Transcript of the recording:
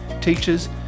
teachers